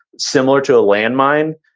similar to a landmine.